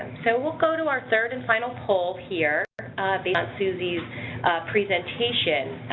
so we'll go to our third and final poll here beyond susie's presentation.